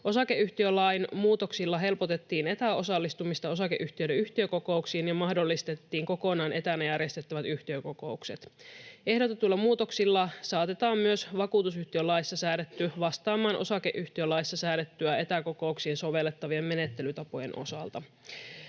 Osakeyhtiölain muutoksilla helpotettiin etäosallistumista osakeyhtiöiden yhtiökokouksiin ja mahdollistettiin kokonaan etänä järjestettävät yhtiökokoukset. Ehdotetuilla muutoksilla saatetaan myös vakuutusyhtiölaissa säädetty vastaamaan osakeyhtiölaissa säädettyä etäkokouksiin sovellettavien menettelytapojen osalta.